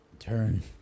turn